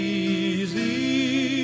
easy